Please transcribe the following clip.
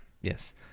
Yes